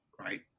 right